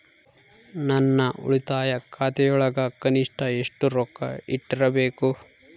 ನನ್ನ ಉಳಿತಾಯ ಖಾತೆಯೊಳಗ ಕನಿಷ್ಟ ಎಷ್ಟು ರೊಕ್ಕ ಇಟ್ಟಿರಬೇಕು?